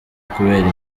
kubera